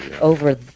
over